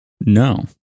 No